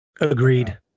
Agreed